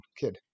kid